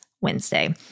Wednesday